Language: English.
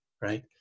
right